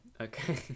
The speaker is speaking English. Okay